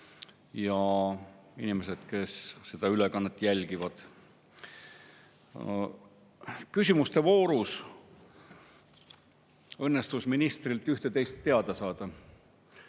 ja inimesed, kes seda ülekannet jälgivad! Küsimuste voorus õnnestus ministrilt ühte-teist teada saada.